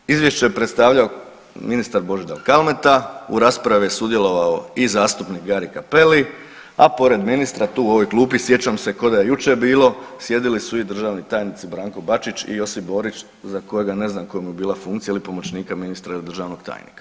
E sad, izvješće je predstavljao ministar Božidar Kalmeta, u raspravi je sudjelovao i zastupnik Gari Cappelli, a pored ministra tu u ovoj klupi sjećam se kao da je jučer bilo sjedili su i državni tajnici Branko Bačić i Josip Borić za kojega ne znam koja mu je bila funkcija ili pomoćnika ministra ili državnog tajnika.